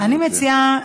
אני מציעה,